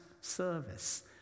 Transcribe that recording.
service